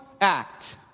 act